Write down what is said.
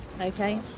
Okay